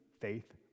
faith